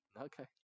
Okay